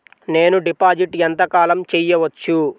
నేను డిపాజిట్ ఎంత కాలం చెయ్యవచ్చు?